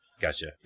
Gotcha